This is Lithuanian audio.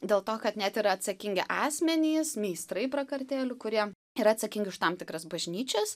dėl to kad net ir atsakingi asmenys meistrai prakartėlių kurie yra atsakingi už tam tikras bažnyčias